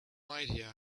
idea